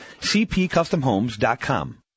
cpcustomhomes.com